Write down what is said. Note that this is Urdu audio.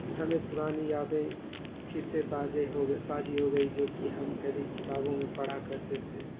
ہمیں پرانی یادیں پھر سے تازہ ہو تازی ہو گئی جو کہ ہم کبھی کتابوں میں پڑھا کرتے تھے